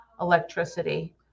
electricity